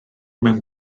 mewn